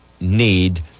need